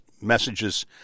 messages